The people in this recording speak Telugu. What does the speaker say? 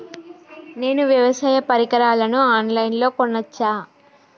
నేను వ్యవసాయ పరికరాలను ఆన్ లైన్ లో కొనచ్చా?